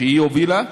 שהיא הובילה,